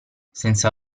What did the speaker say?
senza